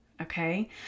okay